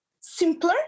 simpler